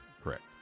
Correct